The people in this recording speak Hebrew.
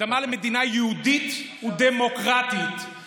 הקדמה למדינה יהודית ודמוקרטית.